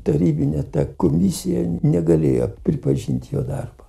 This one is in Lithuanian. tarybinė ta komisija negalėjo pripažint jo darbo